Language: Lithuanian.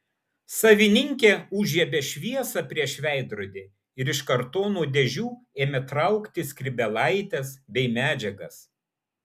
savininkė užžiebė šviesą prieš veidrodį ir iš kartono dėžių ėmė traukti skrybėlaites bei medžiagas